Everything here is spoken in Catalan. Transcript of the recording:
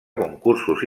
concursos